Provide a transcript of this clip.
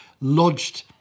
lodged